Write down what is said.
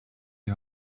die